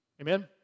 Amen